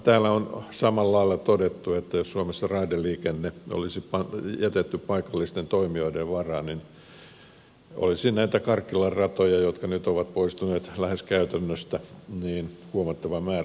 täällä on samalla lailla todettu että jos suomessa raideliikenne olisi jätetty paikallisten toimijoiden varaan niin olisi näitä karkkilan ratoja jotka nyt ovat lähes poistuneet käytännöstä huomattava määrä